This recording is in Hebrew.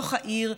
בתוך העיר,